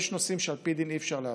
יש נושאים שעל פי דין אי-אפשר להפיץ.